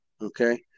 okay